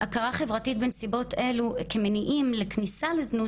הכרה חברתית בנסיבות אלו כמניעים לכניסה לזנות,